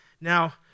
Now